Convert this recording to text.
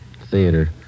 theater